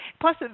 Plus